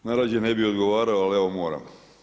Najrađe ne bih odgovarao, ali evo moram.